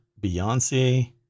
Beyonce